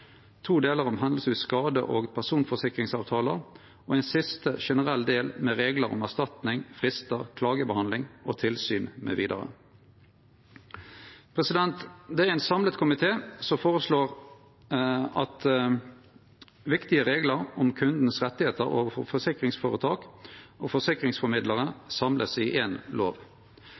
to delar om skade- og personforsikringsavtalar og ein siste generell del med reglar om erstatning, fristar, klagebehandling og tilsyn mv. Det er ein samla komité som føreslår at viktige reglar om kunden sine rettar overfor forsikringsføretak og forsikringsformidlarar vert samla i ein lov